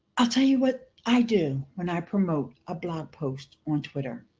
i'll tell you what i do when i promote a blog post on twitter.